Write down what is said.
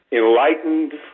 enlightened